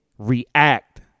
React